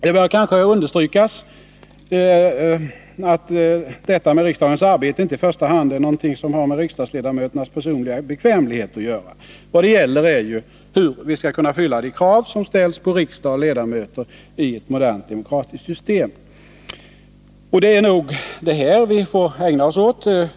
Det bör kanske understrykas att detta med riksdagens arbete inte i första hand är något som har med riksdagsledamöternas personliga bekvämlighet att göra. Vad det gäller är ju hur vi skall kunna fylla de krav som ställs på riksdag och ledamöter i ett modernt demokratiskt system. Och det är nog detta vi får ägna oss åt.